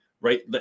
right